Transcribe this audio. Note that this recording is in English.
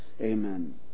Amen